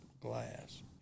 glass